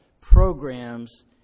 programs